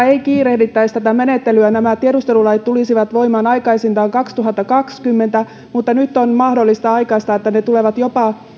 ei kiirehdittäisi nämä tiedustelulait tulisivat voimaan aikaisintaan kaksituhattakaksikymmentä mutta nyt on mahdollista aikaistaa että ne tulevat voimaan jopa